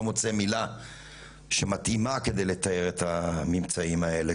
מוצא מילה שמתאימה כדי לתאר את הממצאים האלה,